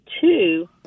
two